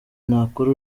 nakora